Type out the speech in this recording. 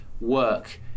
work